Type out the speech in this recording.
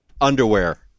Underwear